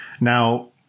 Now